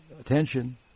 attention